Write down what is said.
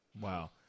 wow